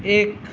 এক